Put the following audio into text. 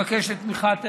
מבקשים לפצל את זה,